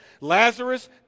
Lazarus